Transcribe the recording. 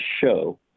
show